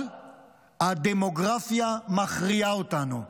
אבל הדמוגרפיה מכריעה אותנו.